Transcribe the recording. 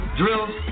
drills